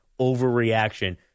overreaction